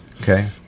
Okay